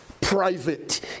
private